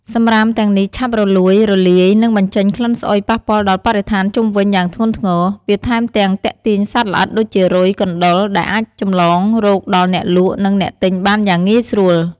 សំរាមទាំងនេះឆាប់រលួយ រលាយ និងបញ្ចេញក្លិនស្អុយប៉ះពាល់ដល់បរិស្ថានជុំវិញយ៉ាងធ្ងន់ធ្ងរ វាថែមទាំងទាក់ទាញសត្វល្អិតដូចជារុយ កណ្ដុរ ដែលអាចចម្លងរោគដល់អ្នកលក់ និងអ្នកទិញបានយ៉ាងងាយស្រួល។